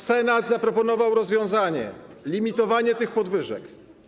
Senat zaproponował rozwiązanie: limitowanie tych podwyżek.